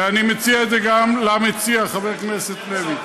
ואני מציע את זה גם למציע, חבר הכנסת לוי.